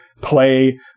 play